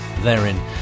therein